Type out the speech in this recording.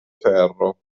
ferro